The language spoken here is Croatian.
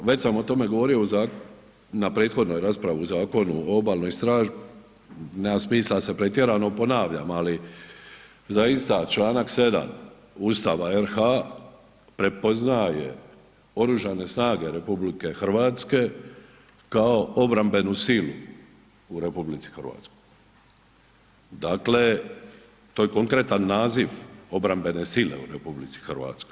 Već sam o tome govorio na prethodnoj raspravi o obalnoj straži, nema smisla da se pretjerano ponavljam, ali zaista članak 7. Ustava RH prepoznaje Oružane snage RH kao obrambenu silu u RH, dakle to je konkretan naziv obrambene sile u RH.